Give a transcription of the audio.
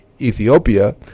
Ethiopia